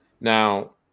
now